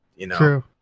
True